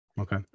Okay